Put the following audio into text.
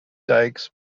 dikes